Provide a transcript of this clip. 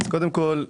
קודם כל,